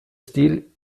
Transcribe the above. stil